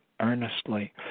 earnestly